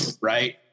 right